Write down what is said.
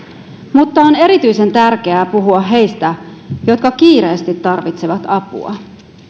mutta on erityisen tärkeää puhua heistä jotka kiireesti tarvitsevat apua